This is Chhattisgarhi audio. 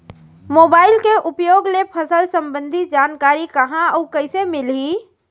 मोबाइल के उपयोग ले फसल सम्बन्धी जानकारी कहाँ अऊ कइसे मिलही?